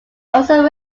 also